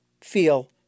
feel